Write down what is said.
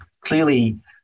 Clearly